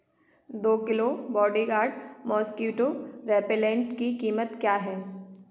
दो kilo body guard mosquito repellent की कीमत क्या है